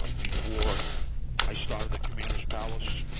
ah before i started the commander's palace,